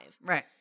Right